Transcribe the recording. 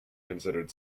considered